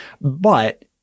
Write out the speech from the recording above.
But-